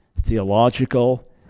theological